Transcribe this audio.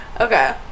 Okay